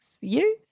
Yes